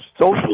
social